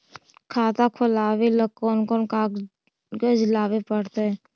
खाता खोलाबे ल कोन कोन कागज लाबे पड़तै?